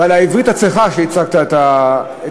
ועל העברית הצחה שבה הצגת את החוק.